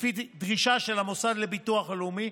לפי דרישה של המוסד לביטוח לאומי,